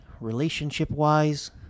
Relationship-wise